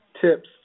tips